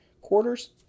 quarters